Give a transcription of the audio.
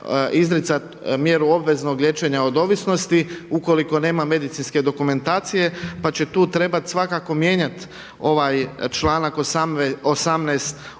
izricati mjeru obveznog liječenja od ovisnosti ukoliko nema medicinske dokumentacije, pa će tu trebat svakako mijenjati ovaj članak 18.